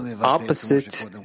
opposite